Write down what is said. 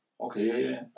Okay